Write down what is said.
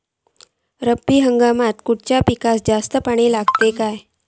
रब्बी हंगामात खयल्या पिकाक जास्त पाणी लागता काय?